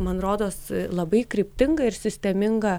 man rodos labai kryptingą ir sistemingą